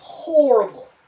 Horrible